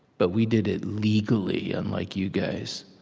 but we did it legally, unlike you guys.